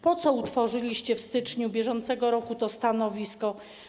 Po co utworzyliście w styczniu br. to stanowisko?